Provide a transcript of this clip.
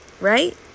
Right